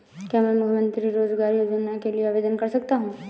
क्या मैं मुख्यमंत्री रोज़गार योजना के लिए आवेदन कर सकता हूँ?